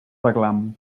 reclam